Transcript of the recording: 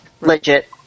legit